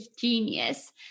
genius